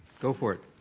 go for it.